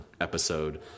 episode